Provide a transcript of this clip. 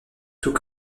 tout